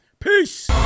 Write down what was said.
Peace